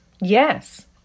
Yes